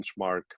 benchmark